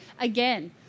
again